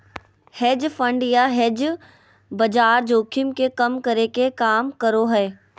hedge fund या hedge बाजार जोखिम के कम करे के काम करो हय